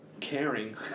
caring